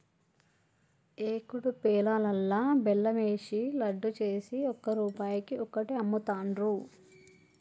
ఏకుడు పేలాలల్లా బెల్లం ఏషి లడ్డు చేసి ఒక్క రూపాయికి ఒక్కటి అమ్ముతాండ్రు